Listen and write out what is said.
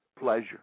pleasure